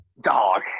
Dog